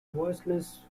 voiceless